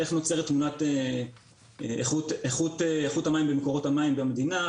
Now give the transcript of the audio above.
איך נוצרת איכות המים במקורות המים במדינה,